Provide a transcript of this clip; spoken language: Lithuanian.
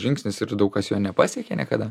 žingsnis ir daug kas jo nepasiekė niekada